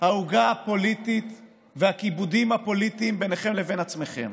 העוגה הפוליטית והכיבודים הפוליטיים ביניכם לבין עצמכם.